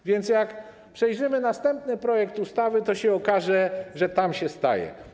A więc jak przejrzymy następny projekt ustawy, to się okaże, że tam się to staje.